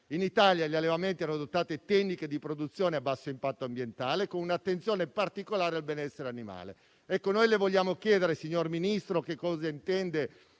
In Italia gli allevamenti hanno adottato tecniche di produzione a basso impatto ambientale, con un'attenzione particolare al benessere animale. Noi le vogliamo chiedere, signor Ministro, che cosa intende